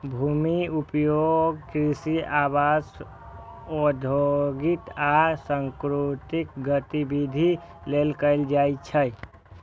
भूमिक उपयोग कृषि, आवास, औद्योगिक आ सांस्कृतिक गतिविधि लेल कैल जाइ छै